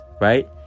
right